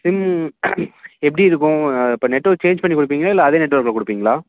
sim எப்படி இருக்கும் இப்போ நெட்ஒர்க் சேஞ்ச் பண்ணிக் கொடுப்பீங்களா இல்லை அதே நெட்ஒர்க்ல கொடுப்பீங்களா